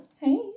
Hey